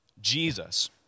Jesus